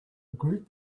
group